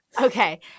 Okay